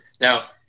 Now